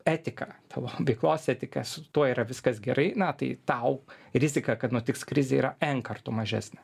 etika tavo veiklos etika su tuo yra viskas gerai na tai tau rizika kad nutiks krizė yra n kartų mažesnė